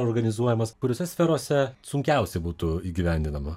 organizuojamas kuriose sferose sunkiausia būtų įgyvendinama